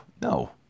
No